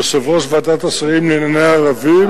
יושב-ראש ועדת השרים לענייני ערבים,